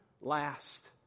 last